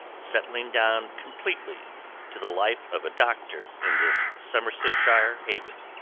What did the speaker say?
settling down completely to the life of a doctor in this somersetshire haven.